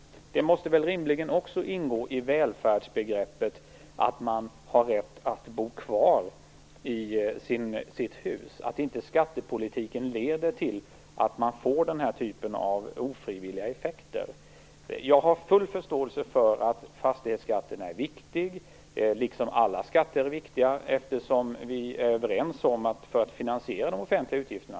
Det måste väl rimligen också ingå i välfärdsbegreppet att man har rätt att bo kvar i sitt hus, och att inte skattepolitiken leder till denna typ av ofrivilliga effekter. Jag har full förståelse för att fastighetsskatten är viktig, liksom alla skatter är viktiga. Vi är ju överens om att vi måste ta in skatter för att finansiera de offentliga utgifterna.